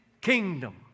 kingdom